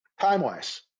time-wise